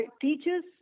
teachers